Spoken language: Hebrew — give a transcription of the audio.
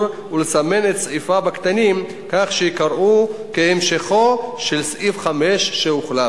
ולסמן את סעיפיו הקטנים כך שייקראו כהמשכו של סעיף 5 שהוחלף.